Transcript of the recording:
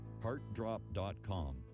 heartdrop.com